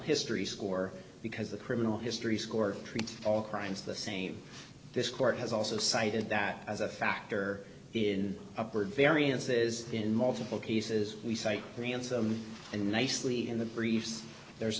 history score because the criminal history score treats all crimes the same this court has also cited that as a factor in upward variances in multiple cases we cite ransome and nicely in the briefs there's